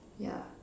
yeah